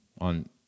on